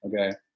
Okay